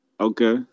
Okay